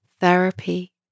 therapy